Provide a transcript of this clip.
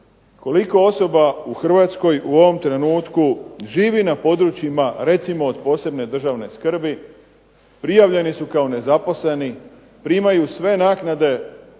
koliko osoba u Hrvatskoj u ovome trenutku živi na područjima od posebne državne skrbi, prijavljeni su kao nezaposleni, primaju sve naknade